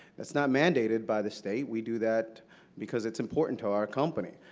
it's not mandated by the state. we do that because it's important to our company.